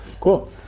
Cool